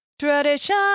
Tradition